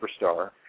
superstar